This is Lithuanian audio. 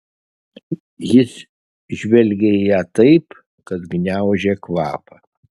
jis žvelgė į ją taip kad gniaužė kvapą